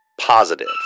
positive